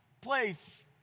place